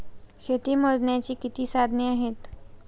शेती मोजण्याची किती साधने आहेत?